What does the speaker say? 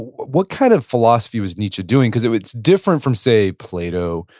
what kind of philosophy was nietzsche doing? because it's different from say plato,